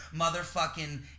motherfucking